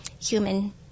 human